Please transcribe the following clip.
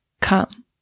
come